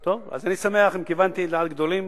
טוב, אז אני שמח אם כיוונתי לדעת גדולים.